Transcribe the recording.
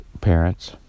parents